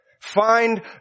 Find